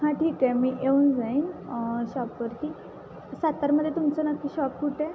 हां ठीक आहे मी येऊन जाईन शॉपवरती सातारमध्ये तुमचं नक्की शॉप कुठे